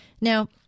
Now